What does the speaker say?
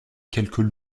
quelques